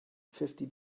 fifty